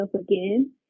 again